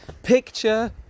Picture